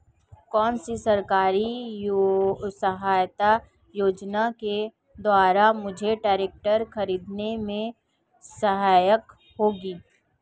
कौनसी सरकारी सहायता योजना के द्वारा मुझे ट्रैक्टर खरीदने में सहायक होगी?